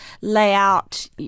layout